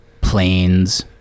planes